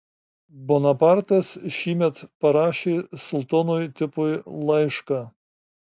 bonapartas šįmet parašė sultonui tipui laišką